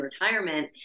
retirement